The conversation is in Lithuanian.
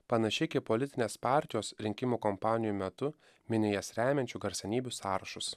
panašiai kaip politinės partijos rinkimų kampanijų metu mini jas remiančių garsenybių sąrašus